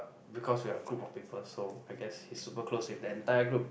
because we are a group of people so I guess he's super close to the entire group